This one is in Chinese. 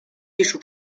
艺术